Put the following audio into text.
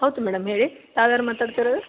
ಹೌದು ಮೇಡಮ್ ಹೇಳಿ ತಾವ್ಯಾರು ಮಾತಾಡ್ತಿರೋದು